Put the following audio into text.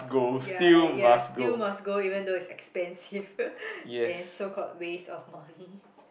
ya ya still must go even though it's expensive and so called waste of money